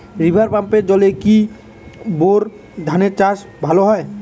River পাম্পের জলে কি বোর ধানের চাষ ভালো হয়?